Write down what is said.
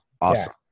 Awesome